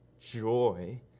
joy